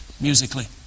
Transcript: musically